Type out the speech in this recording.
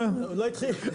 הוא עוד לא התחיל.